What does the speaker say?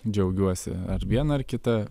džiaugiuosi ar viena ar kita